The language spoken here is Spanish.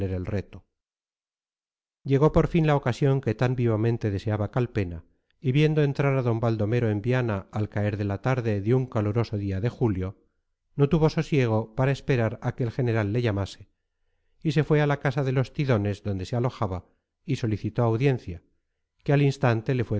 el reto llegó por fin la ocasión que tan vivamente deseaba calpena y viendo entrar a don baldomero en viana al caer de la tarde de un caluroso día de julio no tuvo sosiego para esperar a que el general le llamase y se fue a la casa de los tidones donde se alojaba y solicitó audiencia que al instante